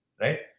Right